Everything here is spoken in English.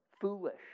foolish